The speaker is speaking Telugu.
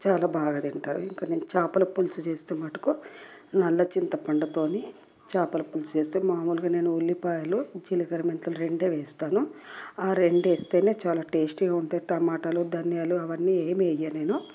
చాలా బాగా తింటారు ఇంక నేను చేపల పులుసు చేస్తే మటుకు నల్ల చింతపండుతోని చాపల పులుసు చేస్తే మామూలుగా నేను ఉల్లిపాయలు జీలకర్ర మెంతులు రెండూ వేస్తాను ఆ రెండేస్తేనే చాలా టేస్టీగా ఉంటుంది టమాటలు ధనియాలు అవన్నీ ఏమీ వేయనేను